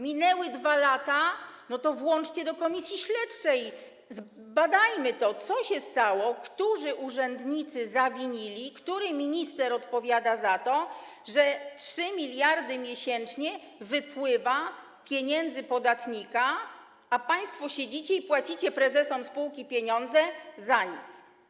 Minęły 2 lata, więc włączcie to do komisji śledczej, zbadajmy to, co się stało, którzy urzędnicy zawinili, który minister odpowiada za to, że 3 mld zł miesięcznie wypływa z pieniędzy podatnika, a państwo siedzicie i płacicie prezesom spółki pieniądze za nic.